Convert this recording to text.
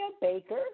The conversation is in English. Baker